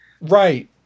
Right